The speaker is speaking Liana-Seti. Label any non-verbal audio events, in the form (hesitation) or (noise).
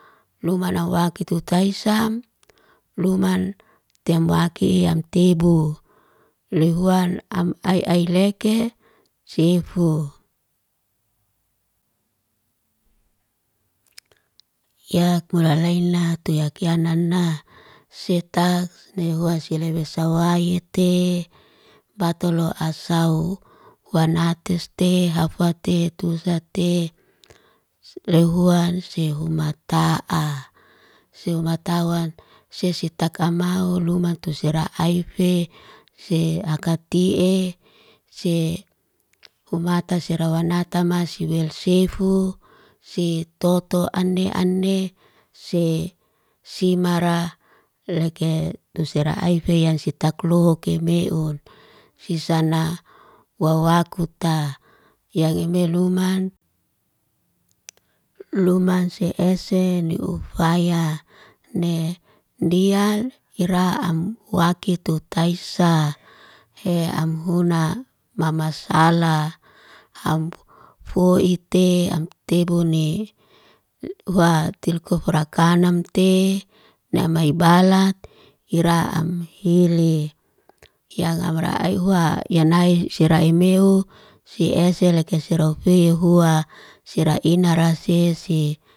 Luma nawak tutaisam, luman tem wake iam tebu. Lehuan am ai ai leke, sefuu. (hesitation) yak mulalaina tuyak yanana. Seta nehua selebe sauwaite batolo as sawf, wanateste hafwate tusate. Lehuan sehumata'a. Sehumatawan se setakamau luma tu sirai'aife. Se akati e, se humata sirawanata masibel sifu, si toto ane ane se simara leke tusiraife yan sitakluhuk keme un. Sisana wawakuta yagmeluman, luman se ese nughfaya ne dial iraam wakitutaisa. He am huna mamasala. Am foit te, am tebune. Hwa telkufrak kanamte namai balat iraam hili. Yaag amra ai huwu, ya nae sirai mehu, si esel leke siraufe yehua. Sirai ina rase sye.